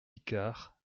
icard